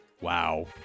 Wow